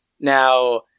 Now